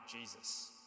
Jesus